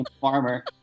farmer